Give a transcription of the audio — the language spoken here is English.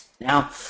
Now